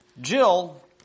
Jill